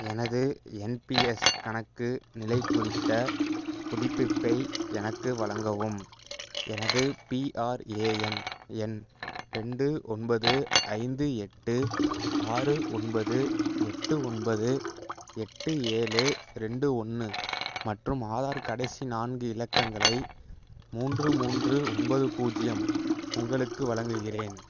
எனது என்பிஎஸ் கணக்கு நிலை குறித்த புதுப்பிப்பை எனக்கு வழங்கவும் எனது பிஆர்ஏஎன் எண் ரெண்டு ஒன்பது ஐந்து எட்டு ஆறு ஒன்பது எட்டு ஒன்பது எட்டு ஏழு ரெண்டு ஒன்று மற்றும் ஆதார் கடைசி நான்கு இலக்கங்களை மூன்று மூன்று ஒன்பது பூஜ்ஜியம் உங்களுக்கு வழங்குகிறேன்